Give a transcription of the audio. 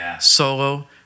solo